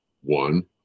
One